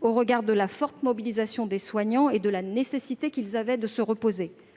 au regard de la forte mobilisation des soignants et de la nécessité qu'ils avaient de se reposer.